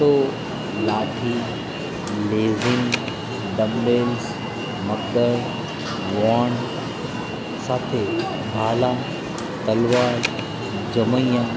તો લાઠી લેઝીમ ડમ્બેલ્સ મગદળ વોન્ડ સાથે ભાલા તલવાર જમૈયા